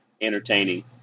entertaining